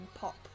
pop